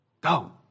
Go